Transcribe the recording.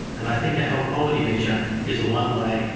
and i think a health poverty measure is one way,